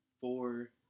Four